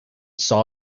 saw